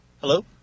Hello